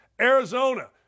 Arizona